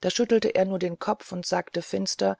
da schüttelte er nur den kopf und sagte finster